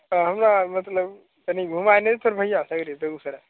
हँ हमरा मतलब तनी घुमाय नहि दैतहो रे भैया सगरे बेगूसराय